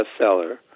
bestseller